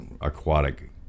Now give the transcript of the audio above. aquatic